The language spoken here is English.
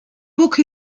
book